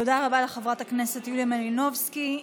תודה רבה לחברת הכנסת יוליה מלינובסקי.